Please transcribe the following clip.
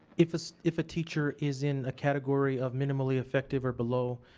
if so if a teacher is in a category of minimally effective or below,